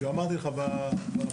אמרתי לך בפתיח,